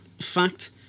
fact